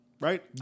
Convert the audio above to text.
Right